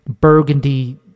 Burgundy